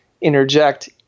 interject